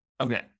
Okay